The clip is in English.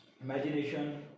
imagination